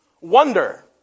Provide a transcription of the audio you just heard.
Wonder